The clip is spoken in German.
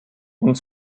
und